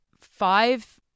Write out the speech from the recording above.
five